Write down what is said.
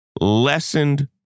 lessened